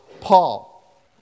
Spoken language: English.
Paul